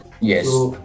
Yes